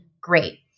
great